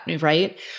right